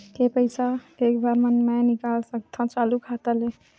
के पईसा एक बार मा मैं निकाल सकथव चालू खाता ले?